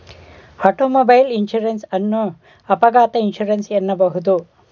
automobile insurance ಅನ್ನು ಅಪಘಾತ insurance ಎನ್ನಬಹುದು